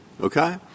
okay